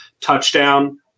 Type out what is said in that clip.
touchdown